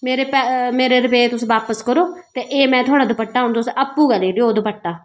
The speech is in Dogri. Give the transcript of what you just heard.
मेरे रुपये तुस बापस करो ते एह् में थोहाड़ा दुपट्टा हून तुस आपूं गै लेई लैओ दुपट्टा